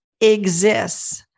exists